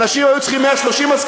אנשים היו צריכים 130 משכורות,